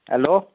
hello